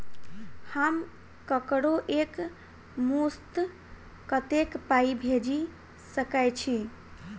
हम ककरो एक मुस्त कत्तेक पाई भेजि सकय छी?